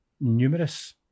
numerous